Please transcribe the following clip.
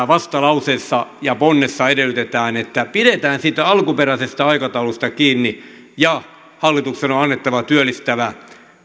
vastalauseessa ja ponnessa edellytetään että pidetään siitä alkuperäisestä aikataulusta kiinni ja hallituksen on on annettava työllistävä